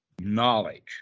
knowledge